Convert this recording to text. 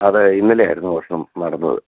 അതെ ഇന്നലെയായിരുന്നു മോഷണം നടന്നത്